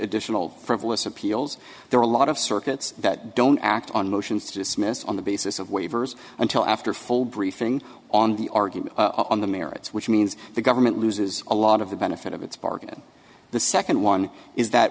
additional frivolous appeals there are a lot of circuits that don't act on motions to dismiss on the basis of waivers until after a full briefing on the argument on the merits which means the government loses a lot of the benefit of its bargain the second one is that